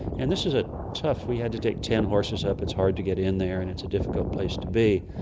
and this is ah tough, we had to take ten horses up, it's hard to get in there, and it's a difficult place to be,